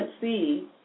see